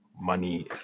money